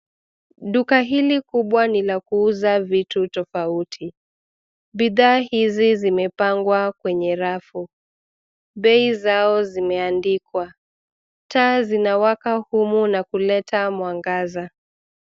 Duka hili kubwa ni la kuuza vitu tofauti, bidhaa hizi zimepangwa kwenye rafu . Bei zao zimeandikwa. Taa zinawaka humu na kuleta mwangaza.